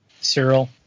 Cyril